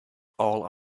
all